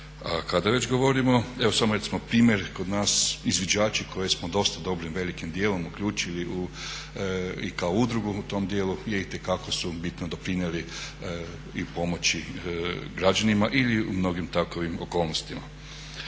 Kada već govorimo evo samo recimo primjer kod nas izviđači koje smo dosta dobrim velikim dijelom uključili i kao udrugu u tom dijelu je itekako su bitno doprinijeli i pomoći građanima ili u mnogim takovim okolnostima.